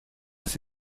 ist